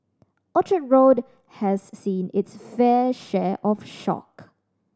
Orchard Road has seen it's fair share of shock